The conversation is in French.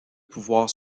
pouvoir